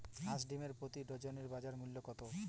হাঁস ডিমের প্রতি ডজনে বাজার মূল্য কত?